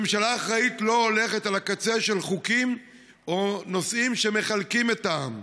ממשלה אחראית לא הולכת על הקצה של חוקים או נושאים שמחלקים את העם.